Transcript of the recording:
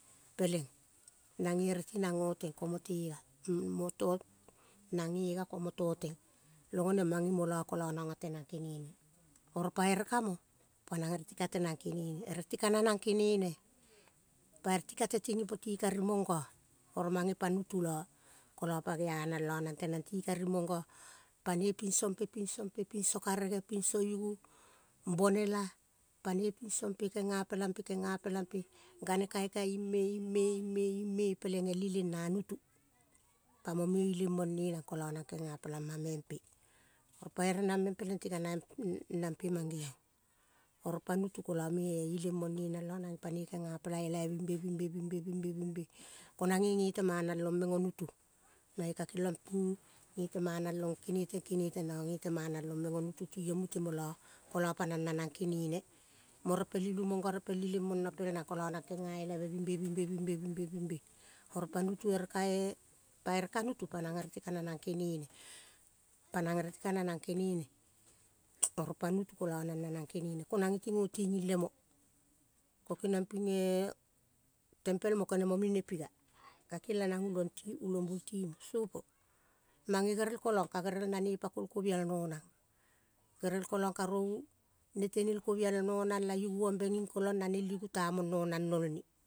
Peleng nange ere tinang goteng, komo te ga moto nang gega ko moto tetang mange mo lo nango tetang kenene oro pa ere ka mo pa neng ere ti ka tenang kenene ere ti kananang kenene, pa ere ti kate ting ti kari mongo, oro mange pa nutu lo, kolo pa gea nang lo nang tenang ti uari mongo panoi pinso pe pinso pe, pinso pe pinso karege pinso ugu bonela panoi pinso pe gena pele pe, gane kaikai ing me ing me, ing me ing me peleng el ieleng na nutu pa mo me ileng mone nang kolo nang genga pela ma me pe oro pa ere nang meug peleng pati ka nang pe mangeong oro pa nutu kolo me ileng mone nang lo panoi genga pela elave bingbe, bingbe, bingbe, bingbe ko nange ge te mana long meng o nutu nange ka keniong ge te mana long keneteng keneteng nango ge te mana long meng o nutu tiong mute molo kolo pa nang nanang kenene, mo repel ilu mongo repel ileng mono pel nang kolo nang kenga elave bingbe bingbe, bingbe, bingbe, bingbe, konge gete mana long meng o nutu nang kakeniong ping gete mana long keheteng keneteng nango ge te mana long meng o nutu ti ong mute mola, kolo pa nang nanang kenene repel ilu mongo repel ileng mono pel nang kolo nang genga elave bingbe, bingbe, bingbe, bingbe, bingbe, ko nango ge te mana long meng o nutu. Nange kakeniong ping gete manalong keheteng keheteng nango gete mana long meng o nutu. Ge mana long meng oh nutu tiong mute nio lo kolo pa nang nanang kenene moro repel ilu mongo repel ileng mono pel nang, kolo nang kenga elave bingbe bingbe, bingbe, bingbe, bingbe, oro pa nutu ere kae, pa ere ka nutu, nang ere ti ka nanang kenene, oro pa nutu kolo nang nanang kenene. Ko nange ge ti go tiging lemo ko keniong ping eh. Tempel mo kene momi ne piga kakela nang ulong ti mo ulombul timo, sopo mange gerel kolong ka gerel nane pako el kovial nonang. Gerel kolong karovu netene kovial nonang la yuguombe ging kolong nane yugu tamong nonang nol ne.